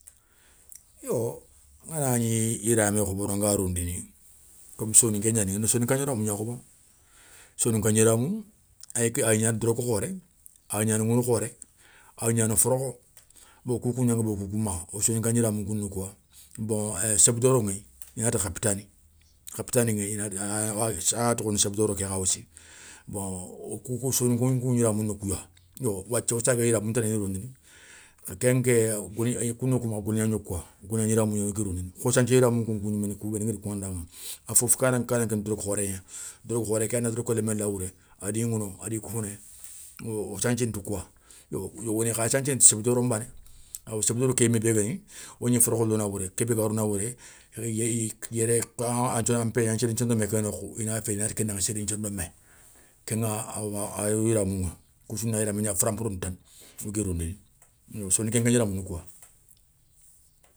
Yo nganagni yiramé khobono nga rondini comme soninké gnaniŋa ni soninka gniramé gna khobono, soninka gniramou épuis a ya gnana doroké khoré, aygnana ŋouno khoré, ay gnana forokho, bon kouko gnana wokoukou makha wo soninkan gniramou nkou na kouwa, bon é samba doro ŋéye, i na ti khapitani, khapitani ŋéye a ya tokhoni samba doro ké kha aussi, bon wo koukou wo soninka gniramouni kouya, yo wathia wo sagué yiramou tanani rondi, kenké kouno kou makha golgna gnokouwa, golga gniramou wo gui rondini, kho santhié yiramou nkounkou ni kou béni ngadi koŋandaŋa. A fo kanankéni doroké khoré gna, doloké khoré ké yani a na doloko lémmé la wouré. a di ŋouno adi koufouné, yo wo santhiéne ti kouwa yo yogoni kha santhiéné ti samba doro nbana. bawo samba doro ké yimmé bé guéni, o gni forokho lona wouré kébé ga rona wouré a nthiondomé ké ga nokhou i na féyi i nati kendaŋa sédi nthiondomé. kéŋa a wa awo yiramouŋa koussouna na yiramou nfaranporondi tane, wo gui rondi yo soninké nké gniramouna kou wa.